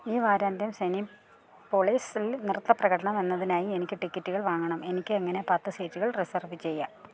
ഈ വാരാന്ത്യം സിനിപോളീസില് നൃത്ത പ്രകടനം എന്നതിനായി എനിക്ക് ടിക്കറ്റ്കൾ വാങ്ങണം എനിക്ക് എങ്ങനെ പത്ത് സീറ്റ്കൾ റിസർവ് ചെയ്യാം